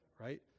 Right